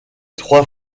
trois